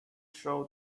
show